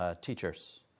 teachers